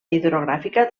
hidrogràfica